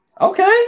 okay